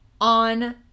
on